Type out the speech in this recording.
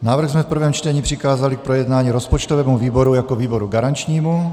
Návrh jsme v prvém čtení přikázali k projednání rozpočtovému výboru jako výboru garančnímu.